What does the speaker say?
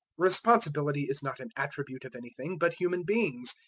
responsibility is not an attribute of anything but human beings,